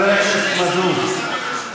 מזוז,